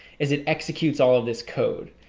is it executes all of this code?